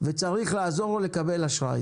וצריך לעזור לו לקבל אשראי.